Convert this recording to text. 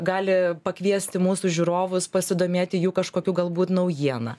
gali pakviesti mūsų žiūrovus pasidomėti jų kažkokiu galbūt naujiena